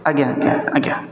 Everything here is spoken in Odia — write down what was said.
ଆଜ୍ଞା ଆଜ୍ଞା ଆଜ୍ଞା